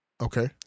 Okay